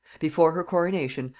before her coronation,